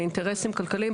לאינטרסים כלכליים,